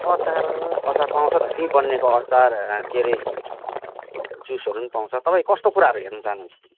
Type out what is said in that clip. अचार अचार पाउँछ त त्यहीँ बनिएको अचार के अरे जुसहरू नि पाउँछ तपाईँ कस्तो कुराहरू हेर्न चाहनुहुन्छ